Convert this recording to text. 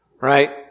right